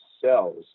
cells